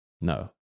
No